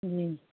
जी